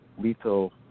lethal